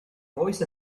voice